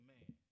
man